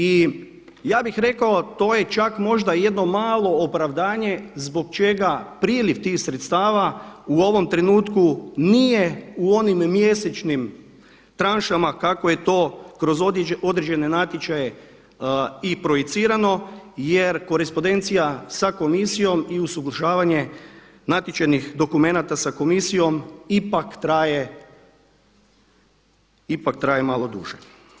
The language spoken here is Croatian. I ja bih rekao to je čak možda i jedno malo opravdanje zbog čega priljev tih sredstava u ovom trenutku nije u onim mjesečnim tranšama kako je to kroz određene natječaje i projicirano jer korespondencija sa Komisijom i uz usuglašavanje natječajnih dokumenata sa Komisijom ipak traje malo duže.